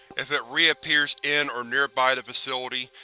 if it reappears in or nearby the facility,